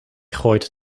gooit